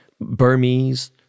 Burmese